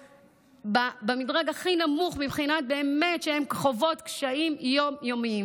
במדרג הכי נמוך בכך שהן חוות קשיים יום-יומיים.